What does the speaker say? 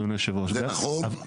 אדוני יושב הראש --- זה נכון.